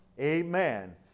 Amen